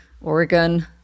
Oregon